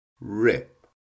Rip